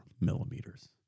millimeters